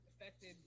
affected